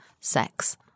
sex